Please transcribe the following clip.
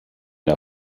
der